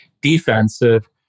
defensive